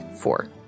Four